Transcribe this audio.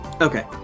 Okay